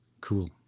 Cool